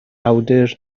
awdur